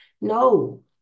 No